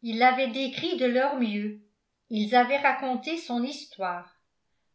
ils l'avaient décrit de leur mieux ils avaient raconté son histoire